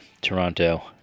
Toronto